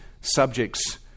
subjects